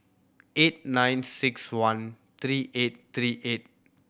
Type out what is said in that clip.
eight nine six one three eight three eight